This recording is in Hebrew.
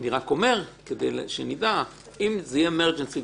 אני רק אומר כדי שנדע שאם יהיה מצב חירום